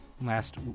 Last